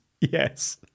Yes